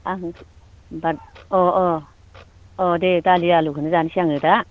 आं बाद अ अ अ दे दालि आलुखौनो जासै आङो दा